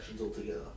altogether